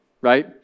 right